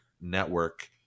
network